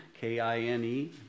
K-I-N-E